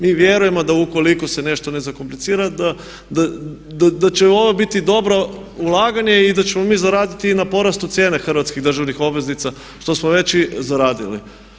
Mi vjerujemo da ukoliko se nešto ne zakomplicira da će ovo biti dobro ulaganje i da ćemo mi zaraditi i na porastu cijene hrvatskih državnih obveznica što smo već i zaradili.